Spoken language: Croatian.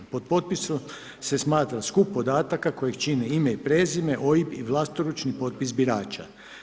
Pod potpisom se smatra skup podataka koji čine ime i prezime, OIB i vlastoručni potpis birača.